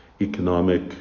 economic